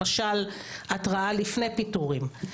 למשל התראה לפני פיטורים,